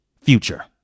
future